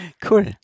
Cool